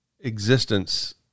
existence